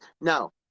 no